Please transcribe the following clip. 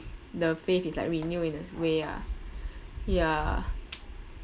the faith is like renew in a s~ way ah ya